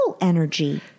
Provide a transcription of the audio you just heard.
energy